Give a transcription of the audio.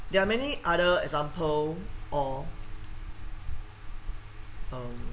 there are many other example or um